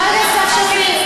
חברת הכנסת סתיו שפיר,